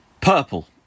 Purple